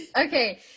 okay